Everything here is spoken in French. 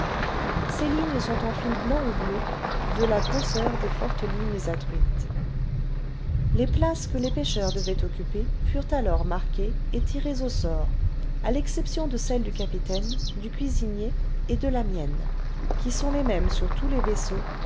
ces lignes sont en fil blanc ou bleu de là grosseur des fortes ligues à truites les places que les pêcheurs devaient occuper furent alors marquées et tirées au sort à l'exception de celles du capitaine du cuisinier et là mienne qui sont les mêmes sur tous les vaisseaux